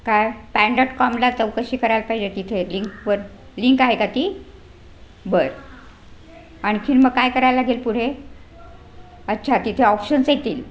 काय PAN dot कॉमला चौकशी करायला पाहिजे तिथे लिंक व लिंक आहे का ती बरं आणखीन मग काय करायला लागेल पुढे अच्छा तिथे ऑप्शन्स येतील